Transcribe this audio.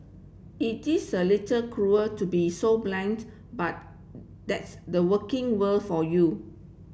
it is a little cruel to be so blunt but that's the working world for you